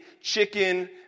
chicken